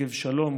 שגב שלום,